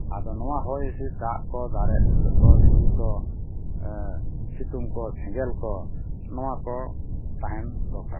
ᱟᱫᱚ ᱱᱚᱣᱟ ᱦᱚᱭᱦᱤᱸᱥᱤᱫᱽ ᱫᱟᱜ ᱠᱚ ᱫᱟᱨᱮ ᱠᱚ ᱫᱷᱤᱨᱤ ᱠᱚ ᱥᱤᱛᱩᱝ ᱠᱚ ᱥᱮᱸᱜᱮᱞ ᱠᱚ ᱱᱚᱣᱟ ᱠᱚ ᱛᱟᱦᱮᱸᱱ ᱫᱚᱨᱠᱟᱨ